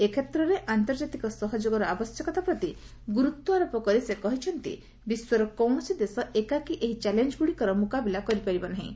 ଏକ୍ଷେତ୍ରରେ ଆନ୍ତର୍କାତିକ ସହଯୋଗର ଆବଶ୍ୟକତା ପ୍ରତି ଗୁରୁତ୍ୱ ଆରୋପ କରି ସେ କହିଛନ୍ତି ବିଶ୍ୱର କୌଣସି ଦେଶ ଏକାକୀ ଏହି ଚ୍ୟାଲେଞ୍ଗୁଡ଼ିକର ମୁକାବିଲା କରିପାରିବ ନାହିଁ